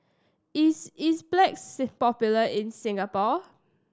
is Enzyplex popular in Singapore